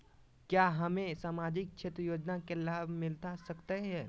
क्या हमें सामाजिक क्षेत्र योजना के लाभ मिलता सकता है?